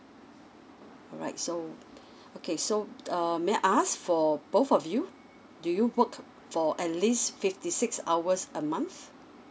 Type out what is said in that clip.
alright so okay so err may I ask for both of you do you work for at least fifty six hours a month